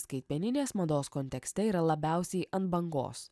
skaitmeninės mados kontekste yra labiausiai ant bangos